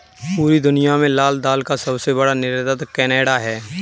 पूरी दुनिया में लाल दाल का सबसे बड़ा निर्यातक केनेडा है